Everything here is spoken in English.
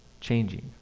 changing